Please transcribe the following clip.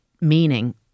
meaning